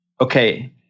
Okay